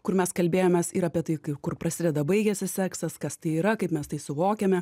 kur mes kalbėjomės ir apie tai kur prasideda baigiasi seksas kas tai yra kaip mes tai suvokiame